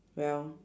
well